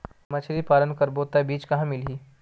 मछरी पालन करबो त बीज कहां मिलही?